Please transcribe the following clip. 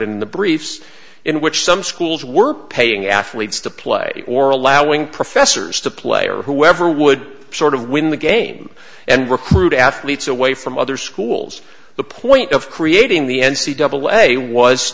in the briefs in which some schools were paying athletes to play or allowing professors to play or whoever would sort of win the game and recruit athletes away from other schools the point of creating the n c double a was